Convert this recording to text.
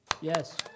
Yes